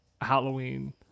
Halloween